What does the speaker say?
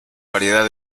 variedad